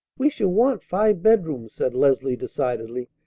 we shall want five bedrooms, said leslie decidedly.